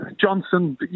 Johnson